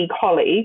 colleague